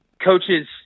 coaches –